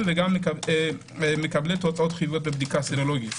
וגם מקבלי תוצאות חיוביות בבדיקה מקבלי סירולוגית.